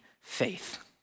faith